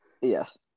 Yes